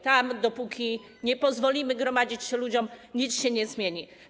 Tam, dopóki nie pozwolimy gromadzić się ludziom, nic się nie zmieni.